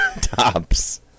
tops